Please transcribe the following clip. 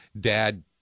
dad